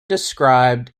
described